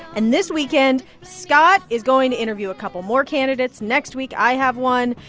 and this weekend, scott is going to interview a couple more candidates. next week i have one.